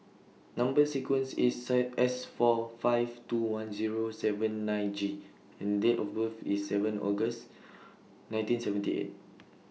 Number sequence IS sight S four five two one Zero seven nine G and Date of birth IS seven August nineteen seventy eight